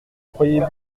croyez